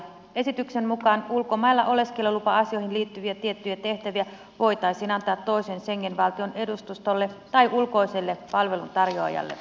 esityksen mukaan ulkomailla oleskelulupa asioihin liittyviä tiettyjä tehtäviä voitaisiin antaa toisen schengen valtion edustustolle tai ulkoiselle palveluntarjoajalle